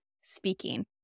speaking